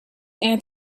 willing